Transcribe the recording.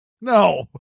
No